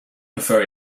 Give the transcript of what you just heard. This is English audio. prefer